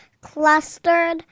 Clustered